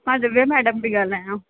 मां दिव्या मैडम थी ॻाल्हायां